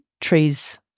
trees